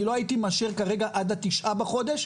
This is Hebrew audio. אני לא הייתי מאשר כרגע עד ה-9 בחודש,